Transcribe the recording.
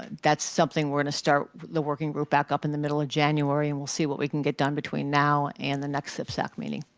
that's something we're going to start working group back up in the middle of january and we'll see what we can get done between now and the next cfsac meeting.